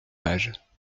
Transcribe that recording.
page